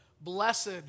Blessed